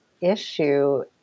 issue